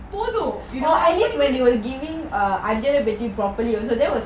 போதும்:pothum you know I won't even